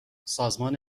سازمان